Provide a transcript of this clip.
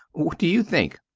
what do you think?